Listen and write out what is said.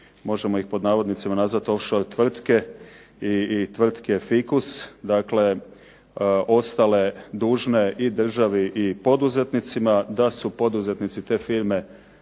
možemo ih pod navodnicima nazvat "off shore" tvrtke i tvrtke fikus, dakle ostale dužne i državi i poduzetnicima, da su poduzetnici te firme